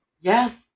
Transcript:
Yes